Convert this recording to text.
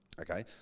Okay